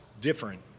different